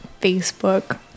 Facebook